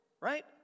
right